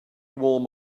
warm